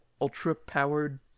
ultra-powered